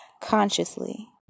consciously